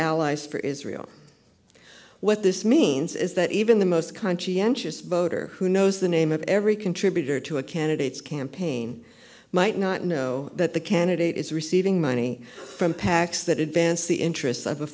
allies for israel what this means is that even the most conscientious voter who knows the name of every contributor to a candidate's campaign might not know that the candidate is receiving money from pacs that advance the interests of a